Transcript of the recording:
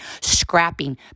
scrapping